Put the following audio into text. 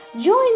join